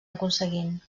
aconseguint